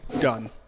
done